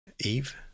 Eve